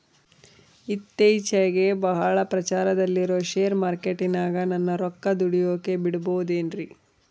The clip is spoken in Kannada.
ಇತ್ತೇಚಿಗೆ ಬಹಳ ಪ್ರಚಾರದಲ್ಲಿರೋ ಶೇರ್ ಮಾರ್ಕೇಟಿನಾಗ ನನ್ನ ರೊಕ್ಕ ದುಡಿಯೋಕೆ ಬಿಡುಬಹುದೇನ್ರಿ?